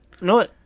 No